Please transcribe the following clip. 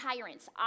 tyrants